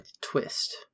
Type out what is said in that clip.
twist